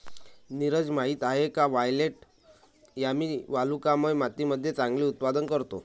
नीरज माहित आहे का वायलेट यामी वालुकामय मातीमध्ये चांगले उत्पादन करतो?